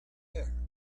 air